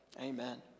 Amen